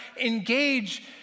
engage